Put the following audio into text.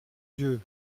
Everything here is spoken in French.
dieu